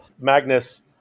Magnus